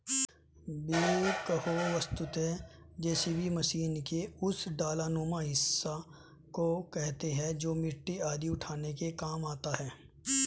backhoe वस्तुतः JCB machine के उस डालानुमा हिस्सा को कहते हैं जो मिट्टी आदि उठाने के काम आता है